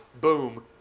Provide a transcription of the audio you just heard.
Boom